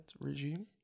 regime